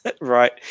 Right